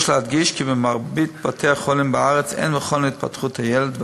יש להדגיש כי במרבית בתי-החולים בארץ אין מכון להתפתחות הילד,